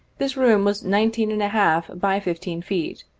this room was nineteen-and-a-half by fifteen feet,